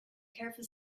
careful